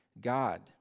God